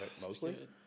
Mostly